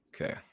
Okay